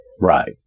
Right